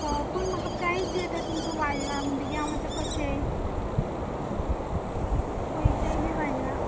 ह पूण म्हाका प्रायज बी आतां तुमचो वाडला म्हणटकी हांव आतां कशें पयशे बी वाडला